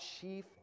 chief